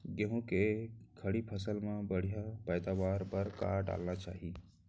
गेहूँ के खड़ी फसल मा बढ़िया पैदावार बर का डालना चाही?